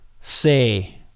say